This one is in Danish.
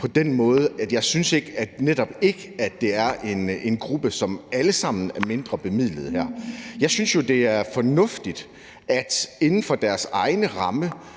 på den måde, at jeg netop ikke synes, at det her er en gruppe, hvor alle sammen er mindre bemidlede. Jeg synes jo, det er fornuftigt, at de inden for deres egen ramme